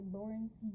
Lawrence